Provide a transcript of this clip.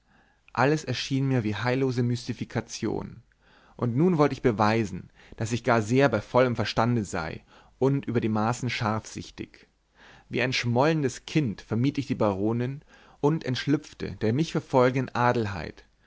alles erschien mir wie eine heillose mystifikation und nun wollt ich beweisen daß ich gar sehr bei vollem verstande sei und über die maßen scharfsichtig wie ein schmollendes kind vermied ich die baronin und entschlüpfte der mich verfolgenden adelheid